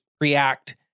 react